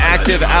Active